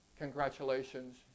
Congratulations